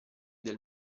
del